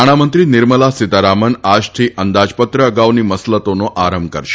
નાંણામંત્રી નિર્મલા સિતારામન આજથી અંદાજપત્ર અગાઉની મસલતોનો આરંભ કરશે